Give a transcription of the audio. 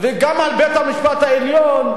וגם על בית-המשפט העליון,